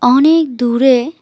অনেক দূরে